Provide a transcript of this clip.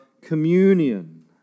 communion